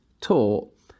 taught